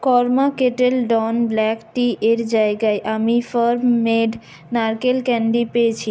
কর্মা Kettle Dawn black tea এর জায়গায় আমি ফার্ম মেড নারকেল ক্যান্ডি পেয়েছি